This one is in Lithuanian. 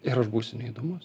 ir aš būsiu neįdomus